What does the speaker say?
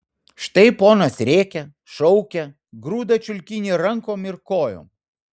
štai ponas rėkia šaukia grūda čiulkinį rankom ir kojom